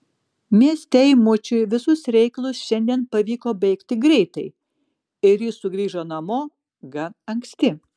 mieste eimučiui visus reikalus šiandien pavyko baigti greitai ir jis sugrįžo namo gan anksti